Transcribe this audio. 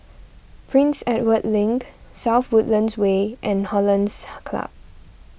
Prince Edward Link South Woodlands Way and Hollandse Club